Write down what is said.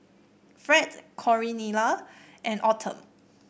Fred Cornelia and Autumn